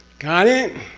got it?